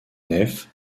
nef